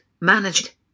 managed